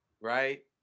right